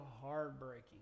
heartbreaking